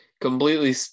completely